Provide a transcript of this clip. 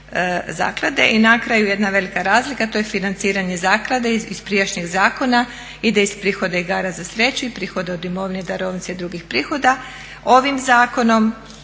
I na kraju jedna velika razlika, to je financiranje zaklade iz prijašnjeg zakona, ide iz prihoda igara na sreću i prihod od imovine i darovnice i drugih prihoda. Ovim zakonom